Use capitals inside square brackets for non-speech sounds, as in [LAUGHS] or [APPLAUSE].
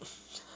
[LAUGHS]